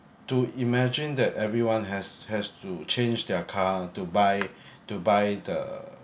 to imagine that everyone has has to change their car to buy to buy the